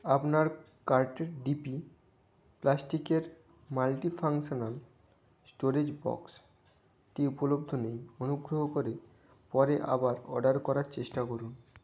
আপনার কার্টের ডিপি প্লাস্টিকের মাল্টিফাংশনাল স্টোরেজ বক্সটি উপলব্ধ নেই অনুগ্রহ করে পরে আবার অর্ডার করার চেষ্টা করুন